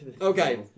Okay